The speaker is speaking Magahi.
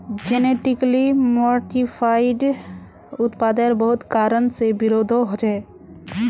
जेनेटिकली मॉडिफाइड उत्पादेर बहुत कारण से विरोधो होछे